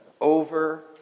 over